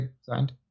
signed